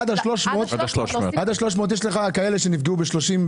עד ה-300,000 שקל יש כאלה שנפגעו ב-35%,